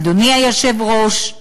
אדוני היושב-ראש,